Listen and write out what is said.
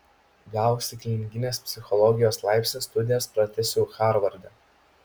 gavusi klinikinės psichologijos laipsnį studijas pratęsiau harvarde